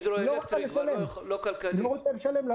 היא לא רוצה לשלם.